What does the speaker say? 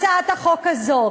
הצעת החוק הזאת,